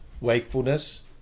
wakefulness